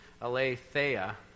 aletheia